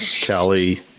Kelly